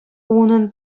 унӑн